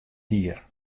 hier